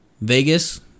Vegas